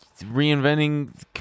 reinventing